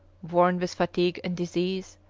worn with fatigue and disease,